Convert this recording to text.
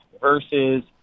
versus